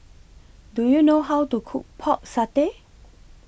Do YOU know How to Cook Pork Satay